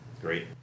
Great